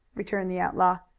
returned the outlaw.